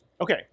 Okay